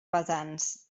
pesants